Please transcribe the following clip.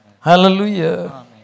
Hallelujah